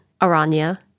Aranya